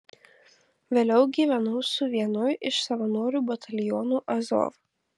vėliau gyvenau su vienu iš savanorių batalionų azov